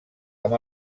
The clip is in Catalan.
amb